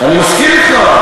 אני מסכים אתך.